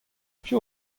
piv